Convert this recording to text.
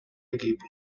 equipo